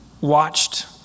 watched